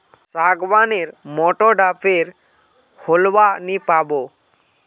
सागवान नेर मोटा डा पेर होलवा नी पाबो